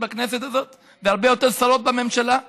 בכנסת הזאת והרבה יותר שרות בממשלה.